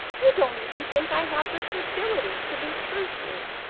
you don't even think i have the stability to be true to you.